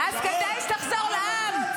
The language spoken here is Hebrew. כדאי שתחזור לעם.